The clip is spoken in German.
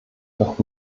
noch